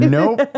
Nope